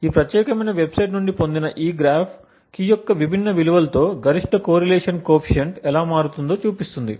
ఈ ప్రత్యేక వెబ్సైట్ నుండి పొందిన ఈ గ్రాఫ్ కీ యొక్క విభిన్న విలువలతో గరిష్ట కోరిలేషన్ కోఫిసిఎంట్ ఎలా మారుతుందో చూపిస్తుంది